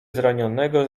zranionego